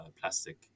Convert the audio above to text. plastic